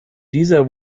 dieser